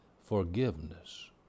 forgiveness